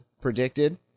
predicted